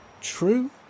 true